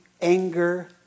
anger